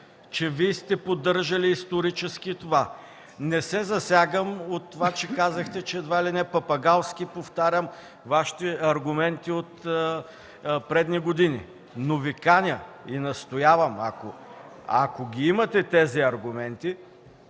че Вие сте поддържали исторически това. Не се засягам от това, че казахте, че едва ли не папагалски повтарям Вашите аргумент от предни години, но Ви каня и настоявам, ако имате тези аргументи,